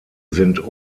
sind